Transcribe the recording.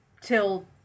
till